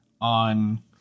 on